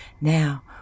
Now